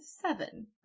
seven